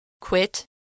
Quit